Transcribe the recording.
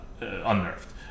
unnerved